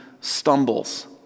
stumbles